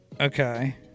Okay